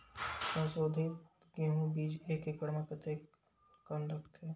संसोधित गेहूं बीज एक एकड़ म कतेकन लगथे?